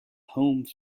home